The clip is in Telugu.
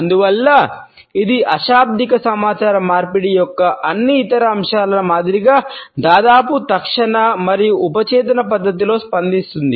అందువల్ల ఇది అశాబ్దిక పద్ధతిలో స్పందిస్తుంది